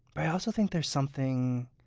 i also think there's something